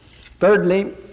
Thirdly